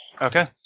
Okay